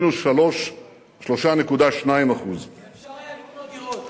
מינוס 3.2% אפשר היה לקנות דירות.